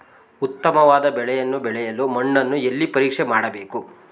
ಉತ್ತಮವಾದ ಬೆಳೆಯನ್ನು ಬೆಳೆಯಲು ಮಣ್ಣನ್ನು ಎಲ್ಲಿ ಪರೀಕ್ಷೆ ಮಾಡಬೇಕು?